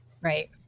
Right